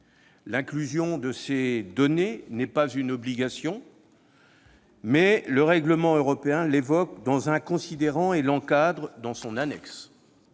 L'inclusion de ces données n'est pas une obligation, mais le règlement européen l'évoque dans un considérant et l'encadre dans son annexe.